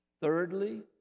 Thirdly